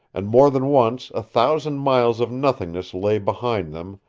and more than once a thousand miles of nothingness lay behind them,